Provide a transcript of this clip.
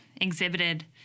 exhibited